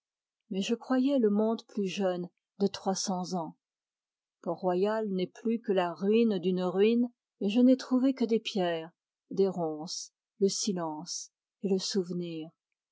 mais je croyais le monde plus jeune de trois cents ans port-royal n'est plus que la ruine d'une ruine et je n'ai trouvé que des pierres des ronces le silence et le souvenir